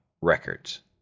records